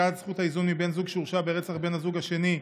הפקעת זכות האיזון מבן זוג שהורשע ברצח בן הזוג השני),